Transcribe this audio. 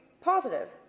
positive